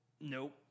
nope